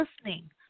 listening